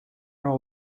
ära